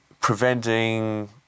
preventing